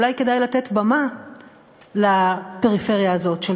אולי כדאי לתת במה לפריפריה הזאת של